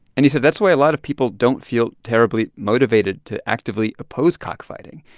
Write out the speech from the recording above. and he said that's why a lot of people don't feel terribly motivated to actively oppose cockfighting.